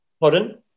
Pardon